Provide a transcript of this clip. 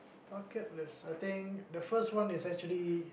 bucket list I think the first one is actually